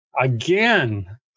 Again